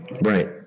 right